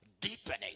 Deepening